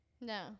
No